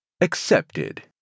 Accepted